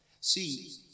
See